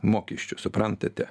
mokesčių suprantate